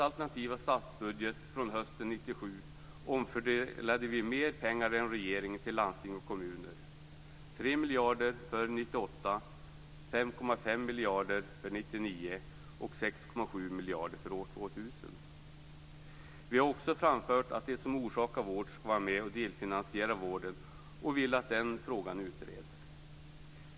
1997 omfördelade vi mer pengar än regeringen till landsting och kommuner - 3 miljarder för år 1998, 2000. Vi har också framfört att det som orsakar vård skall vara med och delfinansiera vården och vill att den frågan utreds.